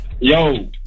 Yo